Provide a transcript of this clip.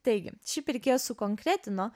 taigi ši pirkėja sukonkretino